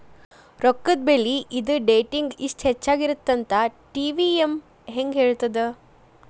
ರೊಕ್ಕದ ಬೆಲಿ ಇದ ಡೇಟಿಂಗಿ ಇಷ್ಟ ಹೆಚ್ಚಾಗಿರತ್ತಂತ ಟಿ.ವಿ.ಎಂ ಹೆಂಗ ಹೇಳ್ತದ